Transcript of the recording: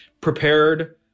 prepared